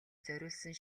зориулсан